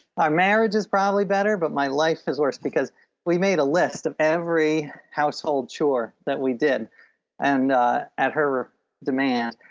our marriage is probably better but my life is worse because we made a list of every household chore that we did and at her demand.